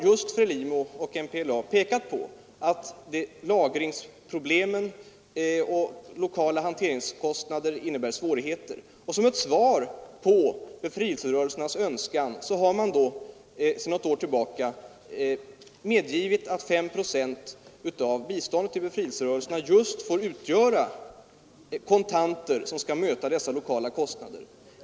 Just FRELIMO och MPLA har pekat på lagringsproblem och lokala hanteringskostnader. Som ett svar på befrielserörelsernas önskan medger man sedan något år tillbaka att 5 procent av biståndet till befrielserörelserna får utgöra kontanter för att möta dessa lokala kostnader.